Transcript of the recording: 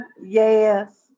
Yes